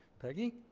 peggy?